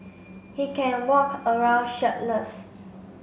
he can walk around shirtless